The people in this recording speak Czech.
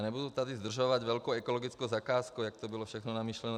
Ale nebudu tady zdržovat velkou ekologickou zakázkou, jak to bylo všechno namyšleno.